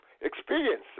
experience